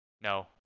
No